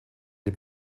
dem